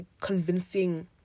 convincing